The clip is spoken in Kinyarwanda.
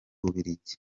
bubiligi